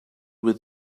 with